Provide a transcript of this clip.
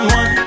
one